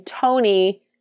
Tony